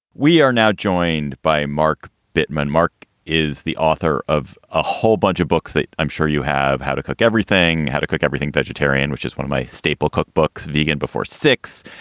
we are now joined by mark bittman. mark is the author of a whole bunch of books that i'm sure you have, how to cook everything, how to cook everything vegetarian, which is one of my staple cookbooks, vegan before six,